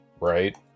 right